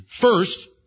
first